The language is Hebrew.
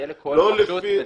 יהיה לכל רשות נציג,